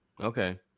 Okay